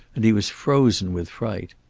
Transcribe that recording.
and he was frozen with fright.